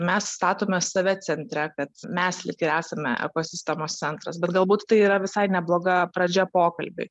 mes statome save centre kad mes lyg ir esame ekosistemos centras bet galbūt tai yra visai nebloga pradžia pokalbiui